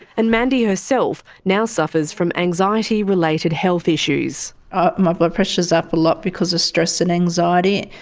and mandy herself now suffers from anxiety related health issues. my blood pressure's up a lot because of stress and anxiety.